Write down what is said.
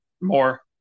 more